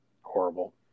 horrible